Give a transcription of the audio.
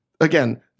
again